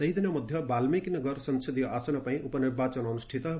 ସେହିଦିନ ମଧ୍ୟ ବାଲ୍ସିକୀ ନଗର ସଂସଦୀୟ ଆସନ ପାଇଁ ଉପନିର୍ବାଚନ ଅନୁଷ୍ଠିତ ହେବ